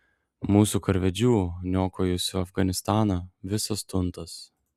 mūsų karvedžių niokojusių afganistaną visas tuntas